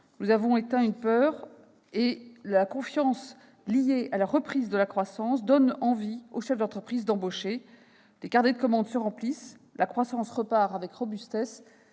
Nous avons éteint une peur, et cette confiance nouvelle, liée à la reprise de la croissance, donne envie aux chefs d'entreprise d'embaucher ; les carnets de commandes se remplissent et la croissance repart avec robustesse-